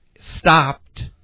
stopped